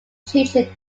children